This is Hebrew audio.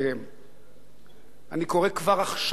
אני קורא כבר עכשיו לממשלה הזאת,